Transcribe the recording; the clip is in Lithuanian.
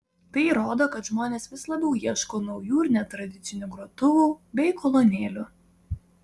tai rodo kad žmonės vis labiau ieško naujų ir netradicinių grotuvų bei kolonėlių